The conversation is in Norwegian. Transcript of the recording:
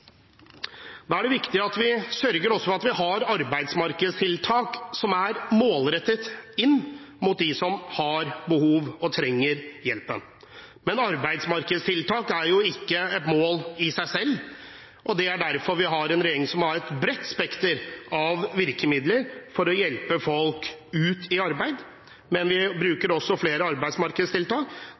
Da er det viktig at vi også sørger for at vi har arbeidsmarkedstiltak som er målrettet inn mot dem som har behov og trenger hjelpen. Men arbeidsmarkedstiltak er ikke et mål i seg selv, og derfor har regjeringen et bredt spekter av virkemidler for å hjelpe folk ut i arbeid. Men vi bruker også flere arbeidsmarkedstiltak,